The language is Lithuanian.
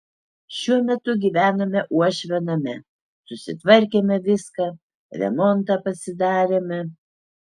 šiuo metu gyvename uošvio name susitvarkėme viską remontą pasidarėme